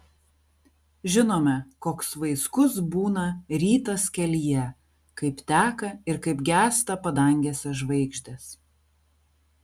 žinome koks vaiskus būna rytas kelyje kaip teka ir kaip gęsta padangėse žvaigždės